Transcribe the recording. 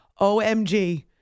OMG